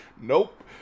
nope